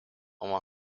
oma